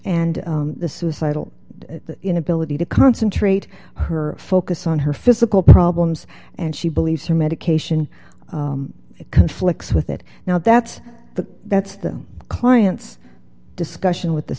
and the suicidal inability to concentrate her focus on her physical problems and she believes her medication conflicts with it now that's the that's the clients discussion with the